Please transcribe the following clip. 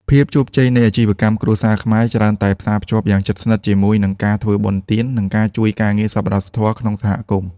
ភាពជោគជ័យនៃអាជីវកម្មគ្រួសារខ្មែរ ច្រើនតែផ្សារភ្ជាប់យ៉ាងជិតស្និទ្ធជាមួយនឹងការធ្វើបុណ្យទាន និងការជួយការងារសប្បុរសធម៌ក្នុងសហគមន៍។